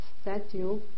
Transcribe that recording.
statue